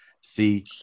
see